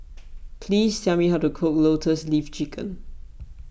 please tell me how to cook Lotus Leaf Chicken